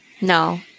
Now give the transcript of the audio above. No